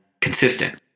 consistent